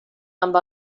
amb